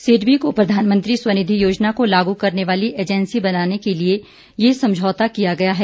सिडबी को प्रधानमंत्री स्वनिधि योजना को लागू करने वाली एजेंसी बनाने के लिए ये समझौता किया गया है